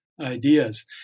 ideas